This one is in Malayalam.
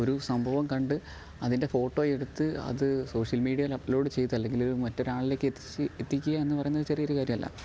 ഒരു സംഭവം കണ്ട് അതിൻ്റെ ഫോട്ടോ എടുത്ത് അത് സോഷ്യൽ മീഡിയയിൽ അപ്ലോഡ് ചെയ്താൽ അല്ലെങ്കിലൊരു മറ്റൊരാളിലേക്ക് എത്തിച്ച് എത്തിക്കുക എന്ന് പറയുന്നത് ചെറിയൊരു കാര്യല്ല